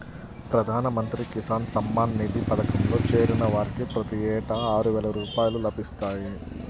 ప్రధాన మంత్రి కిసాన్ సమ్మాన్ నిధి పథకంలో చేరిన వారికి ప్రతి ఏటా ఆరువేల రూపాయలు లభిస్తాయి